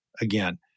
again